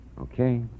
Okay